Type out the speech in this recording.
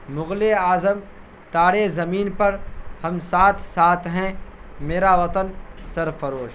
مُغلِ Azam Taare Zameen Par Hum Saath Saath Hain Mera Watan Sarfarosh